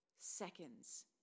Seconds